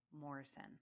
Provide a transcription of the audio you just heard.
Morrison